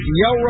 yo